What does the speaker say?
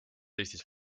eestis